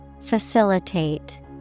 Facilitate